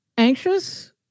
Anxious